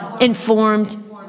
informed